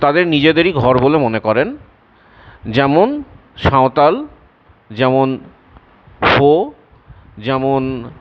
তাদের নিজেদেরই ঘর বলে মনে করেন যেমন সাঁওতাল যেমন হো যেমন